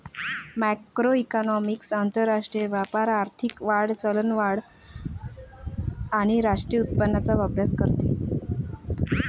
macroeconomics आंतरराष्ट्रीय व्यापार, आर्थिक वाढ, चलनवाढ आणि राष्ट्रीय उत्पन्नाचा अभ्यास करते